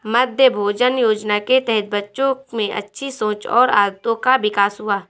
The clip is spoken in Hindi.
मध्याह्न भोजन योजना के तहत बच्चों में अच्छी सोच और आदतों का विकास हुआ